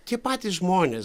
tie patys žmonės